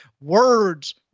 Words